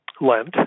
Lent